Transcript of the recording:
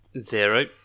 zero